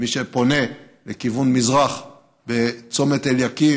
מי שפונה לכיוון מזרח בצומת אליקים